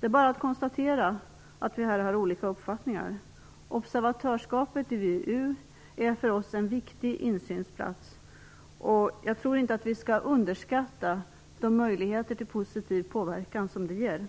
Det är bara att konstatera att vi här har olika uppfattningar. Observatörsskapet i VEU är för oss en viktig insynsplats. Jag tror inte att vi skall underskatta de möjligheter till positiv påverkan som observatörsskapet ger.